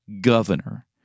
governor